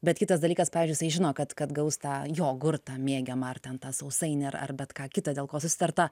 bet kitas dalykas pavyzdžiui jisai žino kad kad gaus tą jogurtą mėgiamą ar ten tą sausainį ar ar bet ką kitą dėl ko susitarta